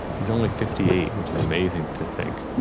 he was only fifty eight, which is amazing to think.